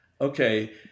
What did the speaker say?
Okay